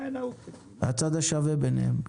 הצד השווה ביניהם.